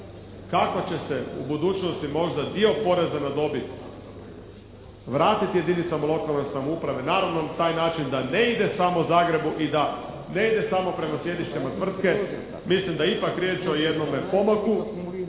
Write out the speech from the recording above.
kako će se u budućnosti možda dio poreza na dobit vratiti jedinicama lokalne samouprave. naravno, na taj način da ne idemo samo Zagrebu i da ne ide samo prema sjedištima tvrtke. Mislim da je ipak riječ o jednome pomaku,